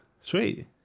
sweet